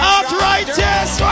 Arthritis